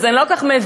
אני לא כל כך מבינה,